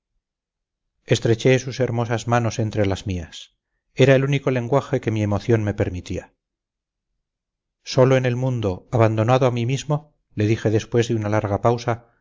estreché sus hermosas manos entre las mías era el único lenguaje que mi emoción me permitía solo en el mundo abandonado a mí mismo le dije después de una larga pausa